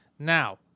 Now